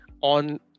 on